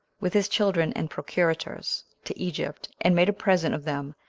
with his children and procurators, to egypt, and made a present of them,